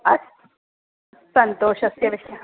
अस्तु सन्तोषस्य विषयः